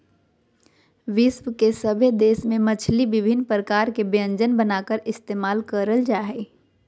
विश्व के सभे देश में मछली विभिन्न प्रकार के व्यंजन बनाकर इस्तेमाल करल जा हइ